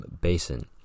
Basin